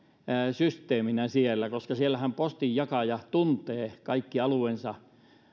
systeeminä koska siellähän postinjakaja tuntee kaikki alueensa